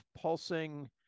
pulsing